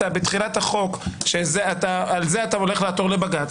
בתחילת החוק שעל זה אתה הולך לעתור לבג"ץ.